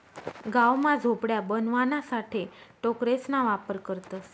गाव मा झोपड्या बनवाणासाठे टोकरेसना वापर करतसं